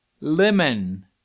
Lemon